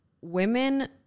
women